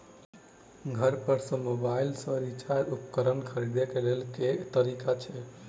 घर पर सऽ मोबाइल सऽ सिचाई उपकरण खरीदे केँ लेल केँ तरीका छैय?